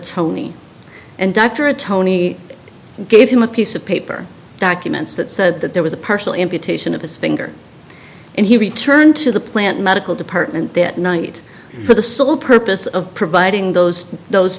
tony and dr tony gave him a piece of paper documents that said that there was a partial imputation of his finger and he returned to the plant medical department that night for the sole purpose of providing those those